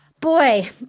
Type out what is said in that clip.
boy